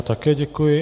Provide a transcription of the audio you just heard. Také děkuji.